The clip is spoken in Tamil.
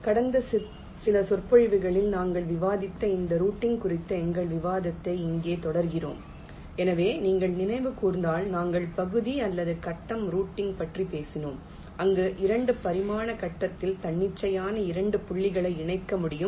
கடந்த சில சொற்பொழிவுகளில் நாங்கள் விவாதித்து வந்த ரூட்டிங் குறித்த எங்கள் விவாதத்தை இங்கே தொடர்கிறோம் எனவே நீங்கள் நினைவு கூர்ந்தால் நாங்கள் பகுதி அல்லது கட்டம் ரூட்டிங் பற்றி பேசினோம் அங்கு 2 பரிமாண கட்டத்தில் தன்னிச்சையான 2 புள்ளிகளை இணைக்க முடியும்